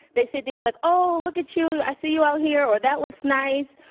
they say things like oh, look at you. i see you out here, or that looks nice.